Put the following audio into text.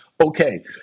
Okay